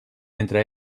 entre